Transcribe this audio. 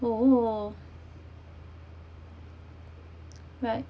!whoa! right